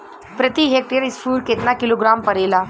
प्रति हेक्टेयर स्फूर केतना किलोग्राम परेला?